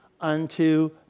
unto